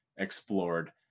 Explored